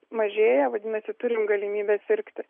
mažėja vadinasi turim galimybę sirgti